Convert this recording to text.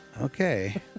Okay